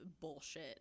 bullshit